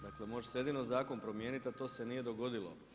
Dakle, može se jedino zakon promijeniti, a to se nije dogodilo.